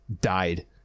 died